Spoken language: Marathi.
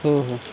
हो हो